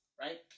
right